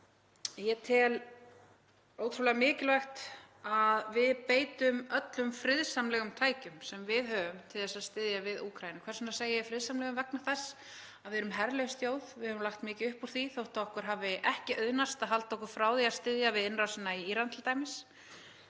Ég tel ótrúlega mikilvægt að við beitum öllum friðsamlegum tækjum sem við höfum til þess að styðja við Úkraínu. Hvers vegna segi ég friðsamlegum? Vegna þess að við erum herlaus þjóð. Við höfum lagt mikið upp úr því þótt okkur hafi ekki auðnast að halda okkur frá því að styðja við innrásina í Íran t.d.